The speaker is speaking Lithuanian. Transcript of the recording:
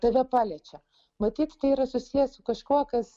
tave paliečia matyt tai yra susiję su kažkuo kas